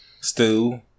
stew